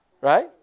Right